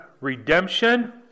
redemption